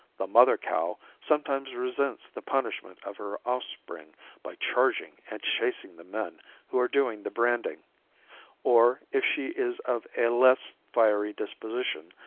the mother cow sometimes resents the punishment of her offspring by charging and chasing the men who are doing the branding or, if she is of a less fiery disposition,